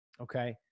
Okay